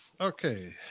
okay